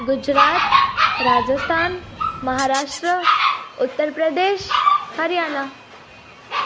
Gujarat Rajasthan Maharashtra Uttar Pradesh Haryana